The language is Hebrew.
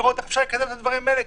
לראות איך אפשר לקדם את הדברים האלה?